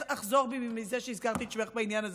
אחזור בי מזה שהזכרתי את שמך בעניין הזה.